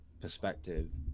perspective